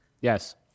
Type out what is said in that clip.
Yes